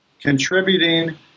contributing